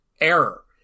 error